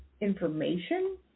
information